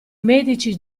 medici